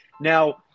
now